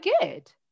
good